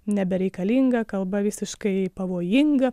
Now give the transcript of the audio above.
nebereikalinga kalba visiškai pavojinga